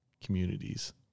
communities